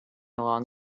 along